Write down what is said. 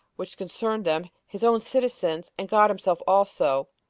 which concerned them, his own citizens, and god himself also,